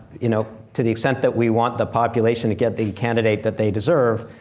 you know to the extent that we want the population to get the candidate that they deserve,